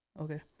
Okay